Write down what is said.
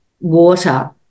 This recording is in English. water